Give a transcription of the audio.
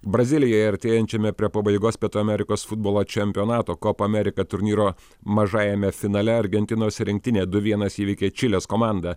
brazilijoje artėjančiame prie pabaigos pietų amerikos futbolo čempionato kopamerika turnyro mažajame finale argentinos rinktinė du vienas įveikė čilės komandą